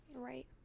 Right